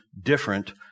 different